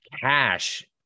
cash